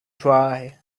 dry